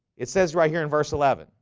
it says right here in verse eleven.